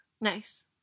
Nice